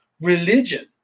religion